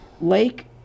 Lake